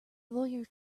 lawyer